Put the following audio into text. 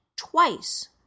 twice